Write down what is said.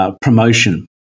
promotion